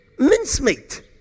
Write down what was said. Mincemeat